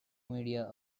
media